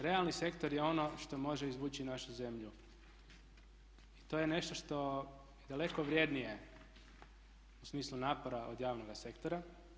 Realni sektor je ono što može izvući našu zemlju i to je nešto što je daleko vrednije u smislu napora od javnoga sektora.